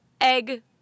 egg